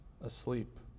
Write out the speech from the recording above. asleep